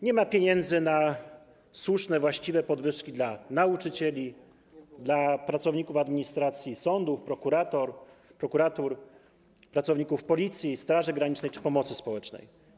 Nie ma pieniędzy na słuszne, właściwe podwyżki dla nauczycieli, dla pracowników administracji, sądów, prokuratur, pracowników Policji i Straży Granicznej czy pomocy społecznej.